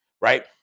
right